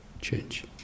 change